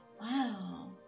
Wow